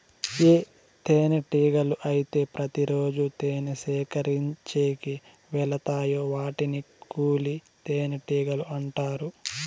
ఏ తేనెటీగలు అయితే ప్రతి రోజు తేనె సేకరించేకి వెలతాయో వాటిని కూలి తేనెటీగలు అంటారు